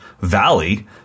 valley